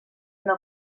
una